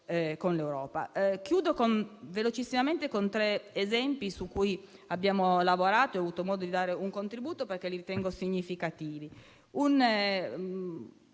Concludo facendo tre esempi su cui abbiamo lavorato e avuto modo di dare un contributo, perché li ritengo significativi.